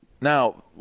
Now